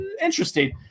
interesting